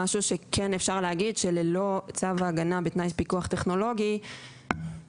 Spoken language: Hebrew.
משהו שכן אפשר להגיד שללא צו ההגנה בתנאי פיקוח טכנולוגי אנחנו,